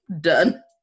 Done